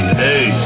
hey